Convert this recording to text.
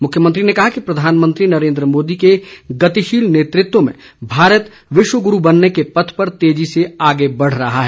मुख्यमंत्री ने कहा कि प्रधानमंत्री नरेन्द्र मोदी के गतिशील नेतृत्व में भारत विश्व गुरू बनने के पथ पर तेजी से आगे बढ़ रहा है